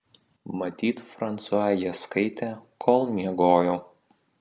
matyt fransua jas skaitė kol miegojau